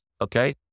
okay